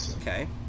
okay